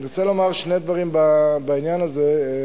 אני רוצה לומר שני דברים בעניין הזה: